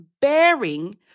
bearing